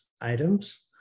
items